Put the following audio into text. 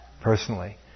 personally